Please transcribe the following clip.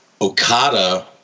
Okada